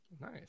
Nice